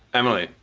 emily,